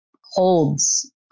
holds